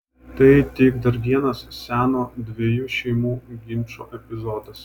tai tik dar vienas seno dviejų šeimų ginčo epizodas